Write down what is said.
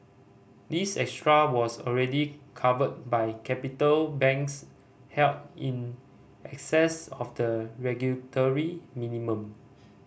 this extra was already covered by capital banks held in excess of the regulatory minimum